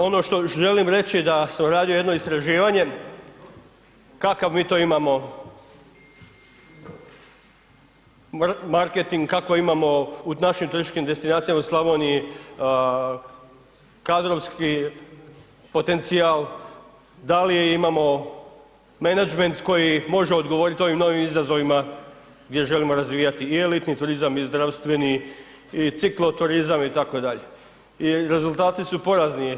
Ono što još želim reći da sam radio jedno istraživanje kakav mi to imamo marketing, kakav imamo u našim turističkim destinacijama u Slavoniji kadrovski potencijal, da li imamo menadžment koji može odgovoriti ovim novim izazovima gdje želimo razvijati i elitni turizam, i zdravstveni, i cikloturizam, i tako dalje, i rezultati su porazni.